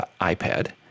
iPad